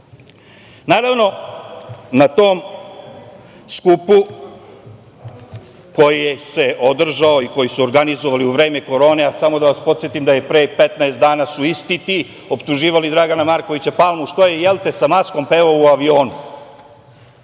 80.000.Naravno, na tom skupu koji se održao i koji su organizovali u vreme korone, a samo da vas podsetim da pre 15 dana su isti ti optuživali Dragana Markovića Palmu, što je sa maskom pevao u avionu,